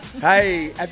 Hey